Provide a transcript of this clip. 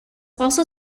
also